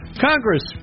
Congress